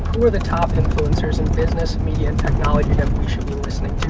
who are the top influencers in business, media and technology that we should be listening